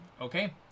Okay